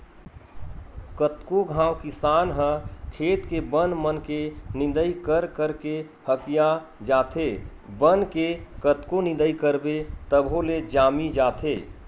कतको घांव किसान ह खेत के बन मन के निंदई कर करके हकिया जाथे, बन के कतको निंदई करबे तभो ले जामी जाथे